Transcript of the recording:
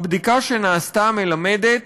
הבדיקה שנעשתה מלמדת